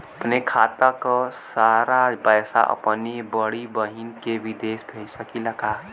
अपने खाते क सारा पैसा अपने बड़ी बहिन के विदेश भेज सकीला का?